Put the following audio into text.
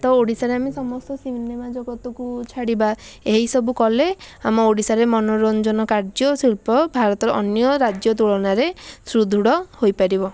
ତ ଓଡ଼ିଶାରେ ଆମେ ସମସ୍ତେ ସିନେମା ଜଗତକୁ ଛାଡ଼ିବା ଏହିସବୁ କଲେ ଆମ ଓଡ଼ିଶାରେ ମନୋରଞ୍ଜନ କାର୍ଯ୍ୟ ଶିଳ୍ପ ଭାରତର ଅନ୍ୟ ରାଜ୍ୟ ତୁଳନାରେ ସୁଦୃଢ଼ ହୋଇପାରିବ